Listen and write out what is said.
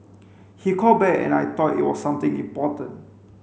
he called back and I thought it was something important